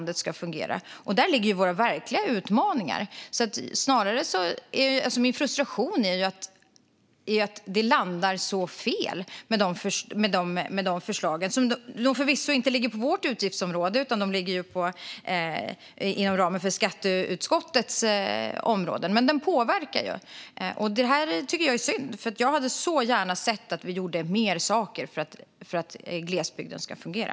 Där ligger våra verkliga utmaningar. Min frustration beror på att detta landar så fel. Dessa förslag ligger förvisso inte inom vårt utgiftsområde utan inom ramen för skatteutskottets områden, men de har påverkan på vårt utgiftsområde. Jag tycker att det här är synd, för jag hade så gärna sett att vi gjorde mer saker för att glesbygden ska fungera.